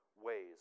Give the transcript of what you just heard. ways